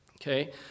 Okay